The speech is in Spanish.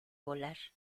volar